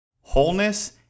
wholeness